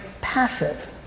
passive